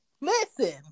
listen